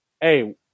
hey